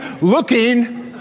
looking